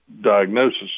diagnosis